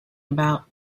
about